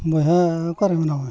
ᱵᱚᱭᱦᱟ ᱚᱠᱟᱨᱮ ᱢᱮᱱᱟᱢᱟ